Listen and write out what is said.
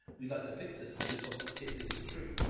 we'd like to fix this as soon as possible. if this is true,